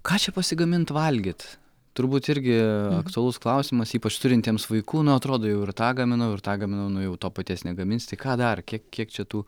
ką čia pasigamint valgyt turbūt irgi aktualus klausimas ypač turintiems vaikų na atrodo jau ir tą gaminau ir tą gaminau nu jau to paties negaminsti tai ką dar kiek kiek čia tų